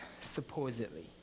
supposedly